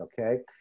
okay